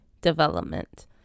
development